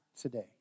today